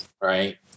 right